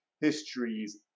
histories